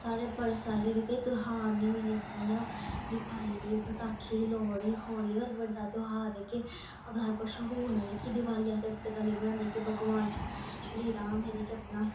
साढ़े बड़े सारे जेह्के त्योहार न होई ऐ जियां दिवाली बसाखी लोह्ड़ी होली होर बड़े सारे त्योहार जेह्के मशहूर न जैह्की दीवाली इस इत्त गल्ला बनांदे की भगवान श्री राम हे जेह्के अपने